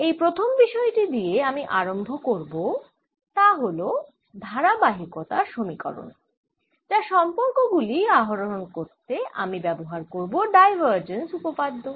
যেই প্রথম বিষয় টি দিয়ে আমি আরম্ভ করব তা হল ধারাবাহিকতা সমীকরণ যার সম্পর্ক গুলি আহরন করতে আমি ব্যবহার করব ডাইভারজেন্স উপপাদ্য